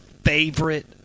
favorite